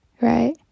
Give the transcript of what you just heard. right